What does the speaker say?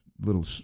Little